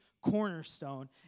cornerstone